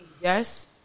Yes